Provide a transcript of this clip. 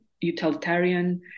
utilitarian